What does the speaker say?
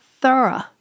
thorough